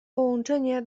połączenie